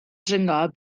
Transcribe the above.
dringo